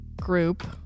group